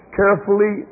carefully